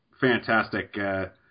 fantastic